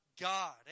God